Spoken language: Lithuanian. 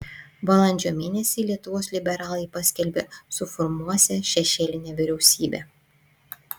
balandžio mėnesį lietuvos liberalai paskelbė suformuosią šešėlinę vyriausybę